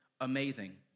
amazing